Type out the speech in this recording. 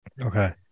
Okay